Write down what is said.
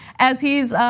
as he's,